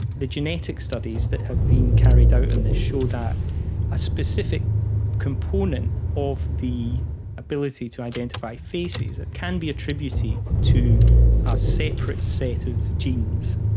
the genetic studies that have been carried out in this show that a specific component of the ability to identify faces, it can be attributed to a separate set of genes.